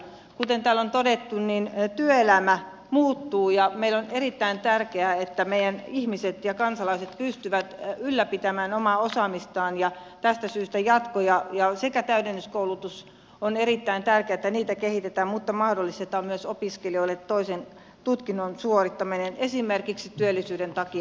kuten täällä on todettu niin työelämä muuttuu ja meille on erittäin tärkeää että meidän ihmiset ja kansalaiset pystyvät ylläpitämään omaa osaamistaan ja tästä syystä ja tuija ja sekä täydennyskoulutus on erittäin tärkeätä että jatko ja täydennyskoulutusta kehitetään mutta mahdollistetaan myös opiskelijoille toisen tutkinnon suorittaminen esimerkiksi työllisyyden takia